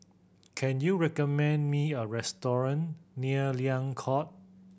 can you recommend me a restaurant near Liang Court